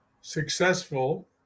Successful